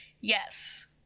yes